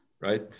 right